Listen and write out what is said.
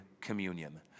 communion